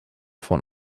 von